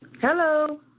Hello